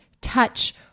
touch